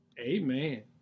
amen